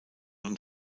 und